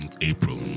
April